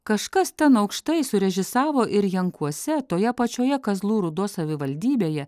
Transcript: kažkas ten aukštai surežisavo ir jankuose toje pačioje kazlų rūdos savivaldybėje